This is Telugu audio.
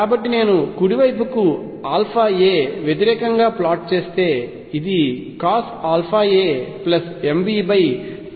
కాబట్టి నేను కుడి వైపుకు a వ్యతిరేకంగా ప్లాట్ చేస్తే ఇది CosαamV22α Sinαa